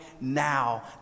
now